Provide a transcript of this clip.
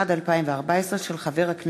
התשע"ד 2014, מאת חבר הכנסת